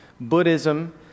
Buddhism